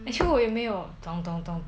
actually 我也没有